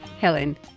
Helen